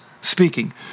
speaking